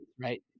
Right